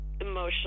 emotional